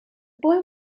boy